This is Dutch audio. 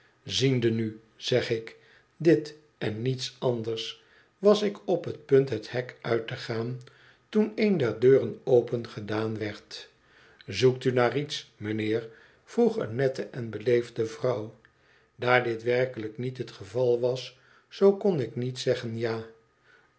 ziende nu zeg ik dit en niets anders was ik op t punt het hek uit te gaan toen een der deuren opengedaan werd zoekt u naar iets m'nheer vroeg een nette en beleefde vrouw daar dit werkelijk niet het geval was zoo kon ik niet zeggen ja